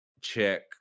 check